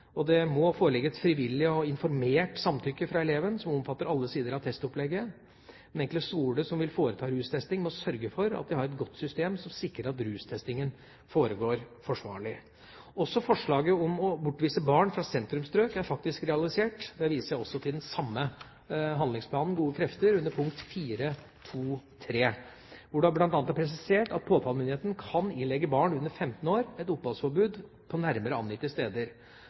og det må foreligge et frivillig og informert samtykke fra eleven som omfatter alle sider av testopplegget. Den enkelte skole som vil foreta rustesting, må sørge for at de har et godt system som sikrer at rustestingen foregår forsvarlig. Også forslaget om å bortvise barn fra sentrumsstrøk er faktisk realisert. Da viser jeg også til den samme handlingsplanen Gode krefter, hvor det under punkt 4.2.3 bl.a. er presisert at påtalemyndigheten kan ilegge barn under 15 år et oppholdsforbud på nærmere angitte steder.